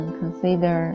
consider